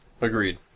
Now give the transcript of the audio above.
Agreed